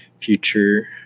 future